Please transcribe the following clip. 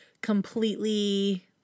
completely